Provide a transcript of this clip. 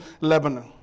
Lebanon